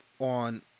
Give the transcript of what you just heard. on